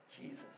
Jesus